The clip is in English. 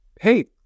hey